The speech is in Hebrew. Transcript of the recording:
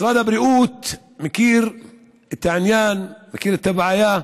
משרד הבריאות מכיר את העניין, מכיר את הבעיה,